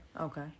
okay